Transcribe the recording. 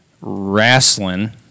Wrestling